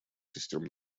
систем